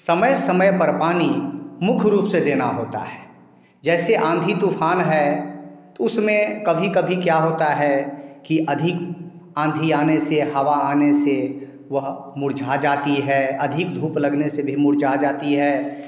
समय समय पर पानी मुख्य रूप से देना होता है जैसे आँधी तूफ़ान है उसमें कभी कभी क्या होता है कि अधिक आँधी आने से हवा आने से वह मुरझा जाती है अधिक धूप लगने से भी मुरझा जाती है